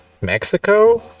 Mexico